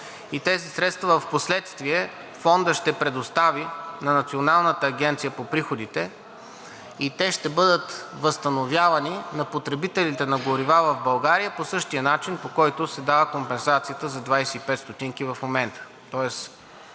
тези средства впоследствие Фондът ще предостави на Националната агенция по приходите и те ще бъдат възстановявани на потребителите на горива в България по същия начин, по който се дава компенсацията за 25 ст. в момента.